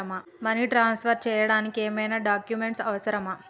Money transfer చేయడానికి ఏమైనా documents అవసరమా?